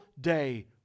day